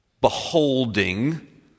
beholding